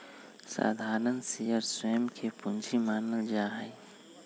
साधारण शेयर स्वयं के पूंजी मानल जा हई